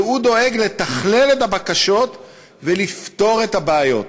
והוא דואג לתכלל את הבקשות ולפתור את הבעיות.